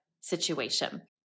situation